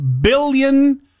billion